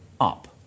up